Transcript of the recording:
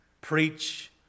preach